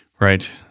Right